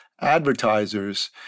advertisers